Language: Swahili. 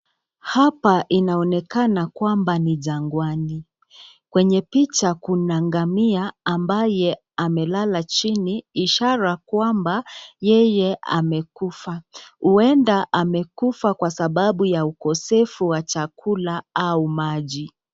Hapa inaonekana kwamba ni jangwani. Kwenye picha kuna ngamia ambaye amelala chini ishara kwamba yeye amekufa. Huenda amekufa kwa sababu ya ukosefu wa chakula au maji.